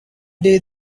day